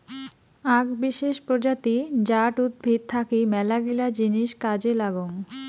আক বিশেষ প্রজাতি জাট উদ্ভিদ থাকি মেলাগিলা জিনিস কাজে লাগং